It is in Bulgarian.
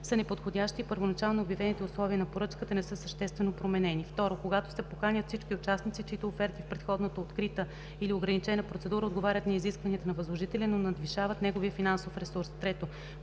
са неподходящи и първоначално обявените условия на поръчката не са съществено променени; 2. когато се поканят всички участници, чиито оферти в предходна открита или ограничена процедура отговарят на изискванията на възложителя, но надвишават неговия финансов ресурс; 3.